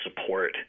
support